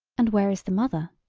and where is the mother?